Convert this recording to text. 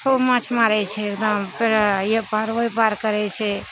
खूब माछ मारय छै एकदम पूरा अइ पार ओइ पार करय छै